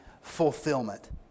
fulfillment